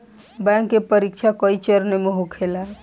bank के परीक्षा कई चरणों में होखेला